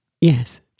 Yes